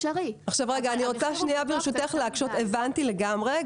הבנתי לגמרי.